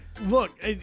Look